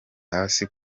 hasi